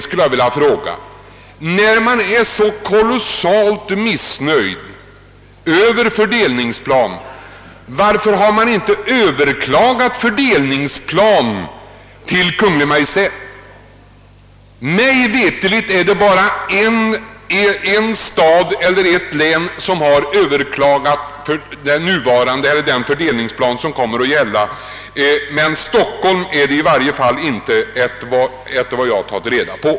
Sedan vill jag fråga herr Ullsten: När man nu är så kolossalt missnöjd med fördelningsplanen, varför har man då inte överklagat den hos Kungl. Maj:t? Mig veterligt är det bara en stad som har överklagat den fördelningsplan som kommer att gälla, men det är inte Stockholm efter vad jag har tagit reda på.